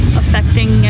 affecting